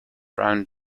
round